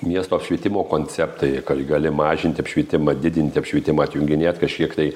miesto apšvietimo konceptai gali mažinti apšvietimą didinti apšvietimą atjunginėt kažkiek tai